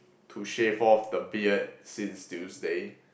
to shave off the beard since Tuesday